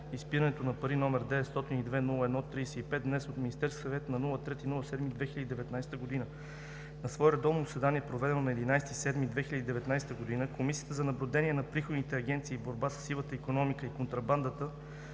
изпирането на пари, № 902-01-35, внесен от Министерския съвет на 3 юли 2019 г. На свое редовно заседание, проведено на 11 юли 2019 г., Комисията за наблюдение на приходните агенции и борба със сивата икономика и контрабандата